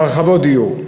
להרחבות דיור.